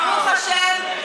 ברוך השם,